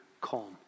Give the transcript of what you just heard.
calm